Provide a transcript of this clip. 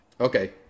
Okay